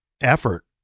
effort